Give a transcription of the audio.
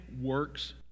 works